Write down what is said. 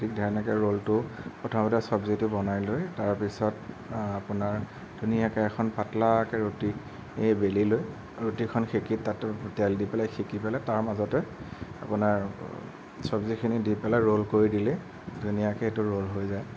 ঠিক তেনেকৈ ৰোলটো প্ৰথমতে চব্জিটো বনাই লৈ তাৰ পিছত আপোনাৰ ধুনীয়াকৈ এখন পাতলাকৈ ৰুটি এ বেলি লৈ ৰুটিখন সেকি তাত তেল দি পেলাই সেকি পেলাই তাৰ মাজতে আপোনাৰ চব্জিখিনি দি পেলাই ৰোল কৰি দিলে ধুনীয়াকৈ সেইটো ৰোল হৈ যায়